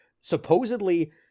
supposedly